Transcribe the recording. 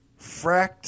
Fract